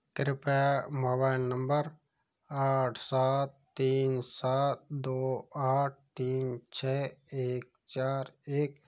कृपया mobile number आठ सात तीन सात दो आठ तीन छ एक चार एक